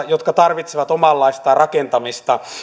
jotka tarvitsevat omanlaistaan rakentamista